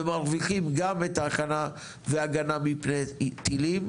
ומרוויחים גם את ההכנה וההגנה מפני טילים,